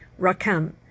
Rakam